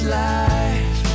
life